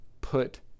put